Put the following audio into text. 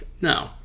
no